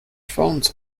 fonts